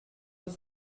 deux